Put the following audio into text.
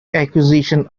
acquisition